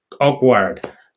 awkward